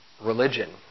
religion